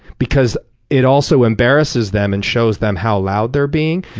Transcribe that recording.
because it also embarrasses them and shows them how loud they're being.